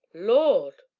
lord!